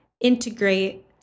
integrate